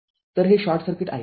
तर हे short circuit आहे